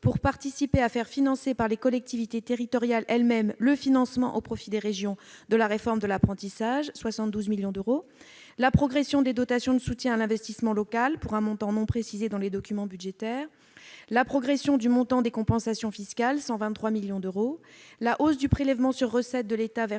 pour faire participer les collectivités territoriales elles-mêmes au financement, au profit des régions, de la réforme de l'apprentissage- 72 millions d'euros -, de la progression des dotations de soutien à l'investissement local- pour un montant non précisé dans les documents budgétaires -, de la progression du montant des compensations fiscales- 123 millions d'euros -, de la hausse du prélèvement sur recettes de l'État versé